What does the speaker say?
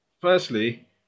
firstly